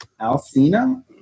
Alcina